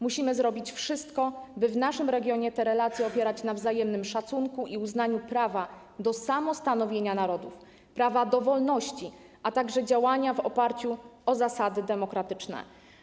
Musimy zrobić wszystko, by w naszym regionie te relacje opierać na wzajemnym szacunku i uznaniu prawa do samostanowienia narodu, prawa do wolności, a także działania w oparciu o zasady demokratyczne.